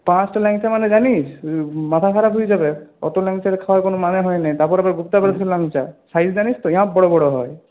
পাঁচটা ল্যাংচা মানে জানিস মাথা খারাপ হয়ে যাবে অত ল্যাংচার খাওয়ার কোনো মানে হয় না তারপর আবার গুপ্তা ব্রাদার্সের ল্যাংচা সাইজ জানিস তো ইয়া বড় বড় হয়